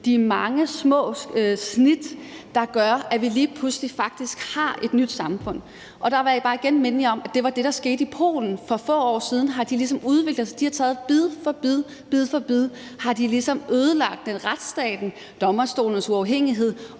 de mange små snit, der gør, at vi lige pludselig faktisk har et nyt samfund. Og der vil jeg bare igen minde jer om, at det var det, der skete i Polen for få år siden. Der har man taget bid for bid og ligesom ødelagt retsstaten, domstolenes uafhængighed